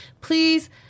please